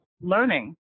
learning